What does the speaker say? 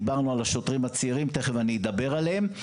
דיברנו על השוטרים הצעירים, תיכף אני אדבר עליהם.